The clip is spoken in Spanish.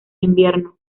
invierno